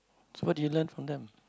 so what did you learn from them